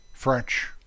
French